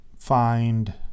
find